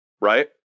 right